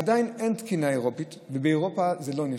עדיין אין תקינה אירופית, באירופה זה לא נכנס.